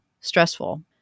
stressful